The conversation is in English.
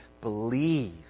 believe